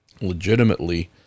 legitimately